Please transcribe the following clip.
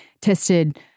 tested